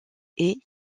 est